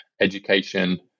education